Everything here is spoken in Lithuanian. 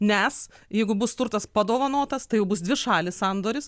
nes jeigu bus turtas padovanotas tai jau bus dvišalis sandoris